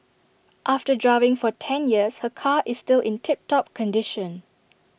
after driving for ten years her car is still in tip top condition